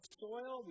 soil